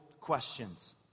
questions